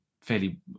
fairly